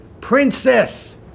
Princess